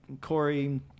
Corey